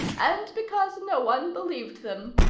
and because no one believed them.